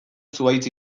zuhaitz